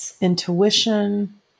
intuition